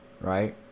Right